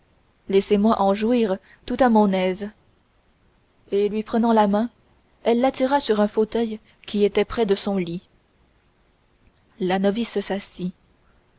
laissez-moi en jouir tout à mon aise et lui prenant la main elle l'attira sur un fauteuil qui était près de son lit la novice s'assit